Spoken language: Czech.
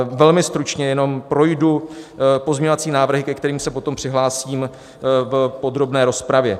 Velmi stručně teď jenom projdu pozměňovací návrhy, ke kterým se potom přihlásím v podrobné rozpravě.